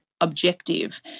objective